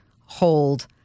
hold